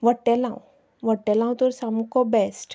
वट्टेलांव वट्टेलांव तर सामको बेस्ट